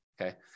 okay